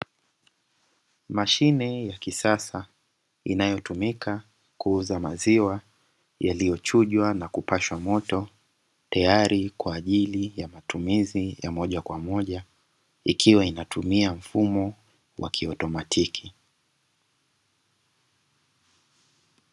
Mashine ya kisasa inayotumika kuuza maziwa yaliyochujwa na kupashwa moto tayari kwa ajili ya matumizi ya moja kwa moja, ikiwa inatumia mfumo wa kiotomatiki.